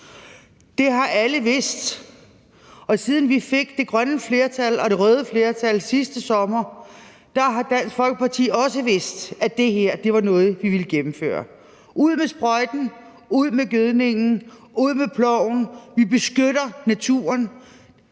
Det har alle vidst, og siden vi fik det grønne flertal og det røde flertal sidste sommer, har Dansk Folkeparti også vidst, at det her var noget, vi ville gennemføre. Ud med sprøjten, ud med gødningen, ud med ploven – vi beskytter naturen.